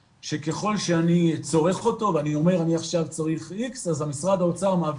ואני אומר שאני שמח אז אני אומר